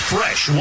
Fresh